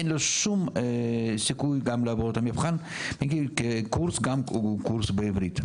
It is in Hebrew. אין לו שום סיכוי גם לעבור את המבחן וגם קורס בעברית.